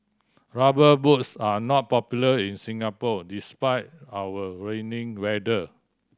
Rubber Boots are not popular in Singapore despite our rainy weather